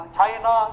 China